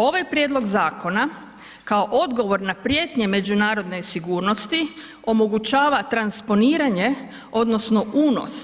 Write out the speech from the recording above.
Ovaj Prijedlog zakona kao odgovor na prijetnje međunarodne sigurnosti omogućava transponiranje odnosno unos